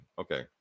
Okay